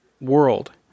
world